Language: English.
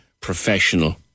professional